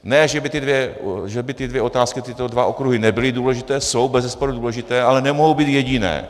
Ne že by ty dvě otázky, tyto dva okruhy nebyly důležité, jsou bezesporu důležité, ale nemohou být jediné.